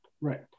right